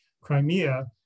Crimea